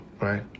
right